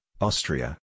Austria